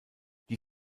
die